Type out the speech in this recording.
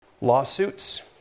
Lawsuits